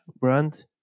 brand